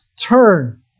turn